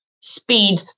speed